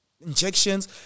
injections